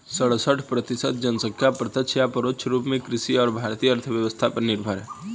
सड़सठ प्रतिसत जनसंख्या प्रत्यक्ष या परोक्ष रूप में कृषि और भारतीय अर्थव्यवस्था पर निर्भर है